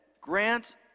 grant